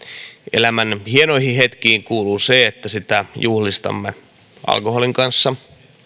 elämän hienoihin hetkiin kuuluu se että niitä juhlistamme alkoholin kanssa